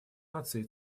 наций